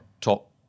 top